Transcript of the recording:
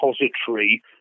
repository